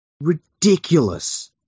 Ridiculous